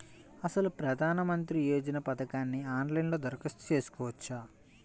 అసలు ప్రధాన మంత్రి యోజన పథకానికి ఆన్లైన్లో దరఖాస్తు చేసుకోవచ్చా?